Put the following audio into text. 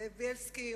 זאב בילסקי,